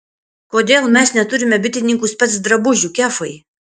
kodėl mes neturime bitininkų specdrabužių kefai